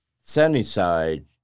Sunnyside